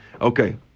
Okay